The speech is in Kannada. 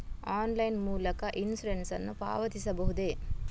ಆನ್ಲೈನ್ ಮೂಲಕ ಇನ್ಸೂರೆನ್ಸ್ ನ್ನು ಪಾವತಿಸಬಹುದೇ?